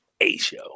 A-show